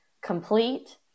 complete